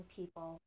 people